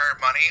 money